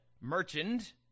Merchant